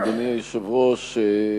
אדוני היושב-ראש,